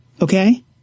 okay